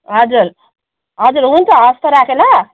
हजुर हजुर हुन्छ हवस् त राखेँ ल